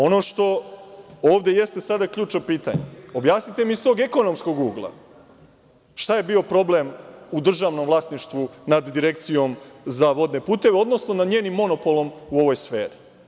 Ono što ovde jeste sada ključno pitanje, objasnite mi iz tog ekonomskog ugla šta je bio problem u državnom vlasništvu nad Direkcijom za vodne puteve, odnosno nad njenim monopolom u ovoj sferi?